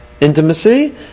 intimacy